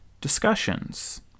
discussions